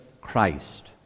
Christ